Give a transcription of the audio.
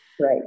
Right